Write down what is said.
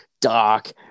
dark